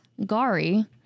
Gari